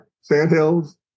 Sandhills